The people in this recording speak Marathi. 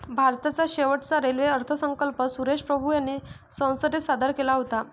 भारताचा शेवटचा रेल्वे अर्थसंकल्प सुरेश प्रभू यांनी संसदेत सादर केला होता